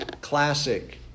classic